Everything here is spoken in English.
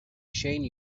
shane